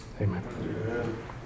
amen